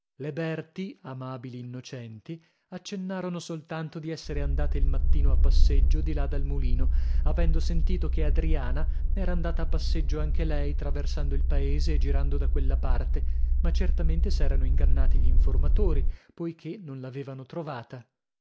le berti amabili innocenti accennarono soltanto di essere andate il mattino a passeggio di là dal mulino avendo sentito che adriana era andata a passeggio anche lei traversando il paese e girando da quella parte ma certamente s'erano ingannati gl'informatori poichè non l'avevano trovata